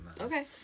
Okay